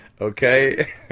Okay